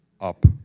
up